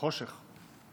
לחושך.